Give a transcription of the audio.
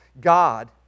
God